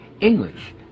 English